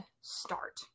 start